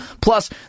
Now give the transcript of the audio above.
Plus